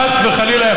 חס וחלילה,